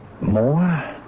More